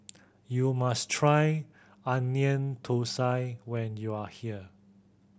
you must try Onion Thosai when you are here